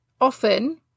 often